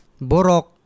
Borok